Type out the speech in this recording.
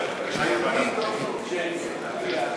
ועדת הכנסת?